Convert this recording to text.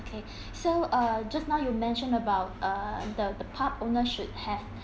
okay so err just now you mentioned about err the the pub owner should have